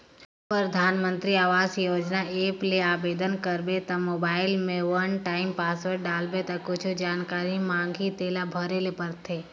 परधानमंतरी आवास योजना ऐप ले आबेदन करबे त मोबईल में वन टाइम पासवर्ड डालबे ता कुछु जानकारी मांगही तेला भरे ले परथे